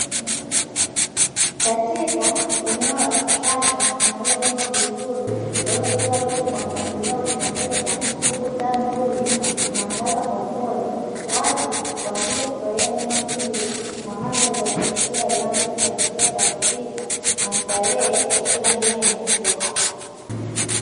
Katika eneo la kisasa na lililopambwa vizuri, lililowekewa vitu kwa mpangilio wa kupendeza huku taa nzuri zinaangaza kwa upole, watu wanakuja kufurahia eneo hili na mandhari ya kuvutia inayoleta hisia za utulivu na starehe kwa kila mgeni anayekuja hapa.